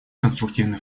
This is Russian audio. конструктивный